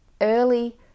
early